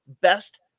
Best